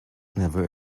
never